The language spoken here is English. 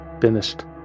Finished